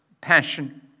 passion